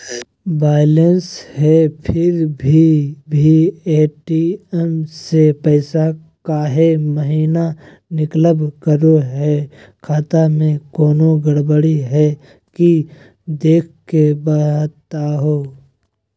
Balance है फिर भी भी ए.टी.एम से पैसा काहे महिना निकलब करो है, खाता में कोनो गड़बड़ी है की देख के बताहों?